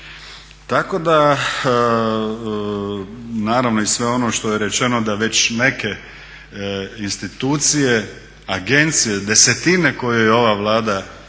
Tako da naravno i sve ono što je rečeno da već neke institucije, agencije desetine koje je ova Vlada